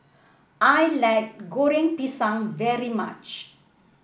I like Goreng Pisang very much